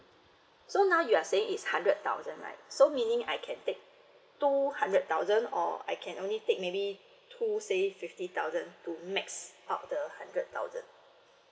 so now you are saying it's hundred thousand right so meaning I can take two hundred thousand or I can only take maybe two say fifty thousand to max out the hundred thousand